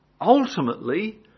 ultimately